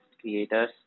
creators